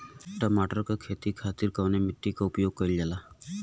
टमाटर क खेती खातिर कवने मिट्टी के उपयोग कइलजाला?